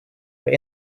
but